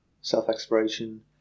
self-exploration